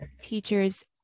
teachers